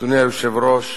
אדוני היושב-ראש,